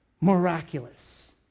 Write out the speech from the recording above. miraculous